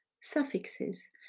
suffixes